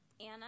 Anna